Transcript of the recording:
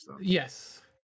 Yes